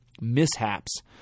mishaps